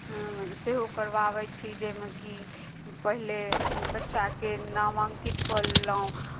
सेहो करवाबै छी जाहिमे कि पहिले बच्चाकेँ नामाङ्कित कऽ लेलहुँ